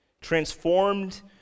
Transformed